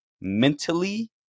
mentally